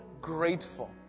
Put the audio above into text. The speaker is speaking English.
grateful